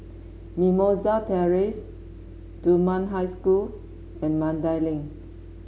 Mimosa Terrace Dunman High School and Mandai Link